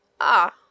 Ah